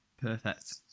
Perfect